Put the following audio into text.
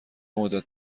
مدت